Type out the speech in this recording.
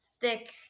thick